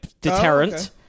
deterrent